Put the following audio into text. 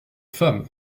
femme